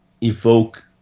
evoke